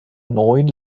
neun